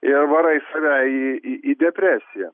ir varai save į į į depresiją